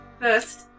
first